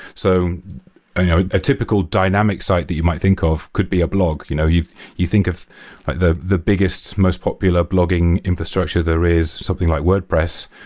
so a typical dynamic site that you might think of could be a blog. you know you you think of the the biggest, most popular blogging infrastructure there is, something like wordpress,